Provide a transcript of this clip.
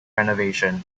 renovation